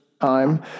time